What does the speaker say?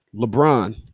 LeBron